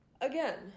again